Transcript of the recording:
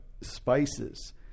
spices